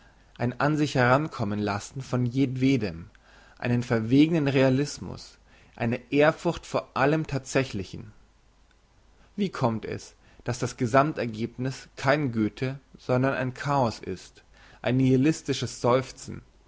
ein ansich heran kommen lassen von jedwedem einen verwegnen realismus eine ehrfurcht vor allem thatsächlichen wie kommt es dass das gesammt ergebniss kein goethe sondern ein chaos ist ein nihilistisches seufzen